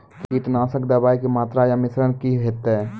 कीटनासक दवाई के मात्रा या मिश्रण की हेते?